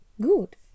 Good